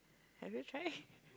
have you tried